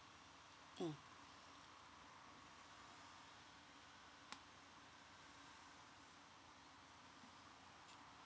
mm